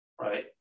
right